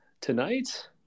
tonight